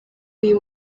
uyu